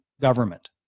government